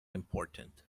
important